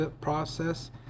process